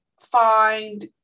find